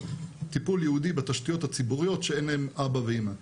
טיפול ייעודי בתשתיות הציבוריות שאין להן אבא ואמא.